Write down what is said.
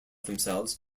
themselves